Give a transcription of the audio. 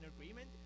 agreement